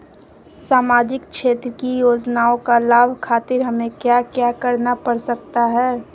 सामाजिक क्षेत्र की योजनाओं का लाभ खातिर हमें क्या क्या करना पड़ सकता है?